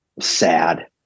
sad